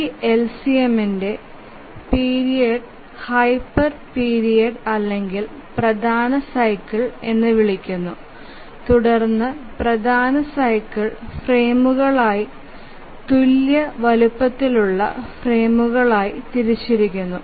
ഈ LCM ന്ടെ പീരിയഡ്നേ ഹൈപ്പർ പിരീഡ് അല്ലെങ്കിൽ പ്രധാന സൈക്കിൾ എന്ന് വിളിക്കുന്നു തുടർന്ന് പ്രധാന സൈക്കിൾ ഫ്രെയിമുകളായി തുല്യ വലുപ്പത്തിലുള്ള ഫ്രെയിമുകളായി തിരിച്ചിരിക്കുന്നു